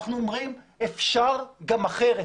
אנחנו אומרים שאפשר גם אחרת.